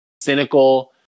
cynical